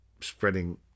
spreading